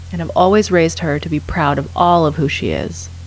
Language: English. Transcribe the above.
and i'm always raised her to be proud of all of who she is.